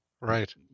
Right